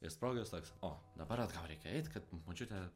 ir sprogęs toks o dabar atgal reikia eit kad močiutė